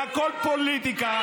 והכול פוליטיקה.